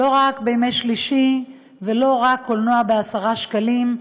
לא רק בימי שלישי ולא רק קולנוע בעשרה שקלים,